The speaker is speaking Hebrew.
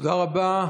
תודה רבה.